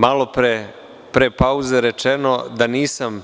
Malopre pre pauze rečeno je da nisam